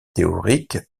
théorique